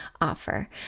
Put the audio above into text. offer